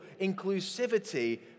inclusivity